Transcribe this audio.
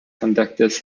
conductors